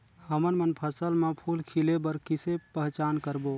हमन मन फसल म फूल खिले बर किसे पहचान करबो?